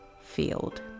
field